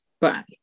bye